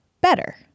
better